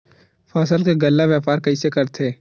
फसल के गल्ला व्यापार कइसे करथे?